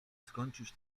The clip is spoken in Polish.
skończyć